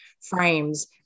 frames